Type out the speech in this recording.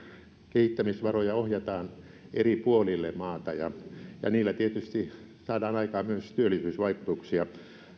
kehittämisvaroja ohjataan eri puolille maata ja ja niillä tietysti saadaan aikaan myös työllisyysvaikutuksia